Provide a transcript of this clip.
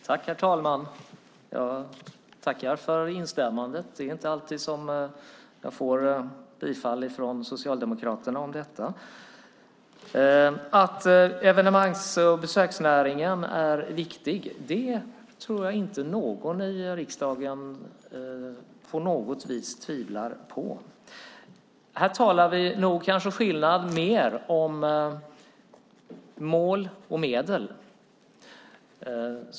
Herr talman! Jag tackar för instämmandet. Det är inte alltid som jag får bifall från Socialdemokraterna. Att evenemangs och besöksnäringen är viktig tror jag inte att någon i riksdagen tvivlar på. Här talar vi nog mer om skillnaden i mål och medel.